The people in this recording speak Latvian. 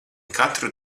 katru